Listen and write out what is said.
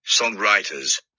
songwriters